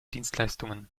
dienstleistungen